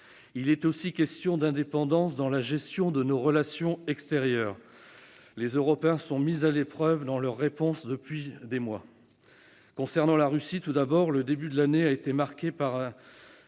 Il est aussi question d'indépendance dans la gestion de nos relations extérieures, un sujet sur lequel les Européens sont mis à l'épreuve depuis des mois. Concernant la Russie, tout d'abord, le début de l'année a été marqué par un